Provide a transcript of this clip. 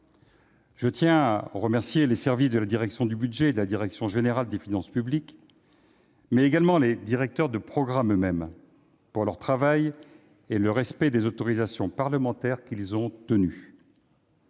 Je tiens à remercier les services de la direction du budget et de la direction générale des finances publiques, mais également les directeurs de programme eux-mêmes, de leur travail et de leur respect des autorisations parlementaires. Je souhaite